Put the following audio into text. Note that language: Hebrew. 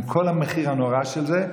עם כל המחיר הנורא של זה,